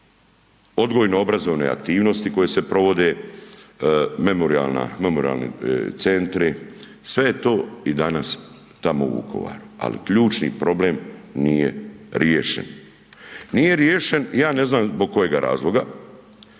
Odgojno obrazovne aktivnosti koje se provode, Memorijalni centri sve je to i danas tamo u Vukovaru, ali ključni problem nije riješen. Nije riješen ja znam zbog kojega razloga,